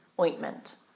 ointment